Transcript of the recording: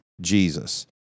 Jesus